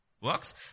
Works